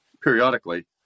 periodically